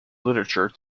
literature